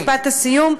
במשפט סיום.